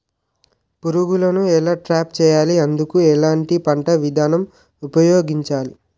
పురుగులను ఎలా ట్రాప్ చేయాలి? అందుకు ఎలాంటి పంట విధానం ఉపయోగించాలీ?